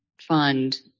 fund